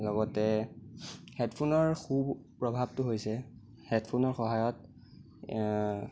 লগতে হেডফোনৰ সু প্ৰভাৱটো হৈছে হেডফোনৰ সহায়ত